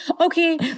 okay